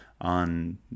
on